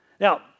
Now